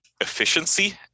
efficiency